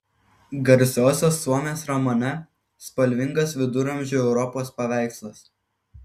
garsiosios suomės romane spalvingas viduramžių europos paveikslas